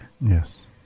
Yes